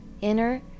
inner